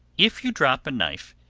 if you drop a knife,